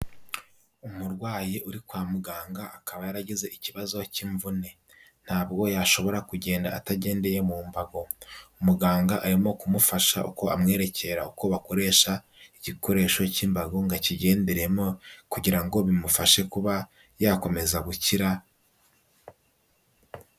Umurwayi uri kwa muganga akaba yaragize ikibazo cy'imvune, ntabwo yashobora kugenda atagendeye mu mbago, muganga arimo kumufasha uko amwerekera uko bakoresha igikoresho cy'imbago ngo akigenderemo kugira ngo bimufashe kuba yakomeza gukira.